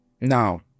now